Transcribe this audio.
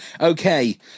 Okay